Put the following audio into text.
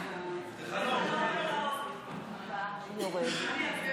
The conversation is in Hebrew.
זה מתחיל ממפלגת העבודה, נכון?